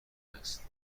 است